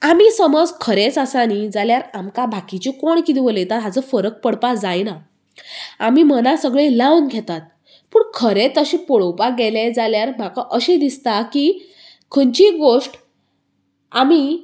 आमी समज खरेंच आसा न्ही जाल्यार आमकां बाकिच्यो कोण कितें उलयता हाचो फरक पडपा जायना आमी मनाक सगळे लावन घेतात पूण खरें तशें पळोवपाक गेलें जाल्यार म्हाका अशें दिसता की खंयचीय गोश्ट आमी